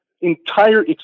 entire